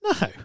No